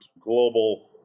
global